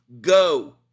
Go